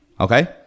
okay